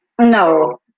No